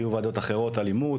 בוועדות אחרות יהיה דיון באלימות,